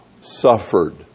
suffered